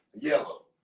Yellow